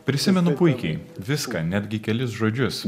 prisimenu puikiai viską netgi kelis žodžius